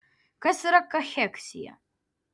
kas yra kacheksija